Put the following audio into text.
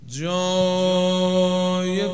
joy